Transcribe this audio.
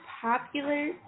popular